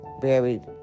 buried